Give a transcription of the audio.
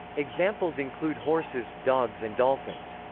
examples include horses, dogs and dolphins.